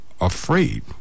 afraid